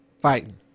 Fighting